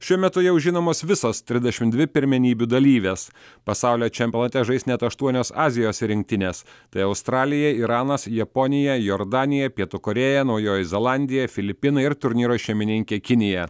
šiuo metu jau žinomos visos trisdešimt dvi pirmenybių dalyvės pasaulio čempionate žais net aštuonios azijos rinktinės tai australija iranas japonija jordanija pietų korėja naujoji zelandija filipinai ir turnyro šeimininkė kinija